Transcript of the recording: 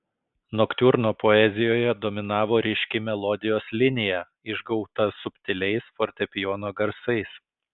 noktiurno poezijoje dominavo ryški melodijos linija išgauta subtiliais fortepijono garsais